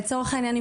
לצורך העניין,